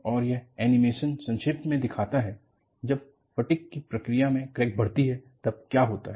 और यह एनिमेशन संक्षेप में दिखाता है जब फटिग की प्रक्रिया में क्रैक बढ़ती है तब क्या होता है